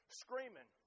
screaming